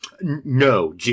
No